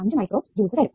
5 micro joules തരും